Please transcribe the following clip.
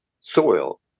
soil